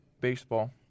baseball